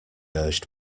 urged